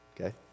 Okay